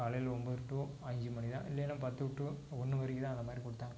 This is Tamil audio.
காலையில் ஒம்பது டு அஞ்சு மணி தான் இல்லைன்னால் பத்து டு ஒன்று வரைக்கும் தான் அந்த மாதிரி கொடுத்தாங்க